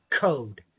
code